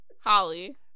Holly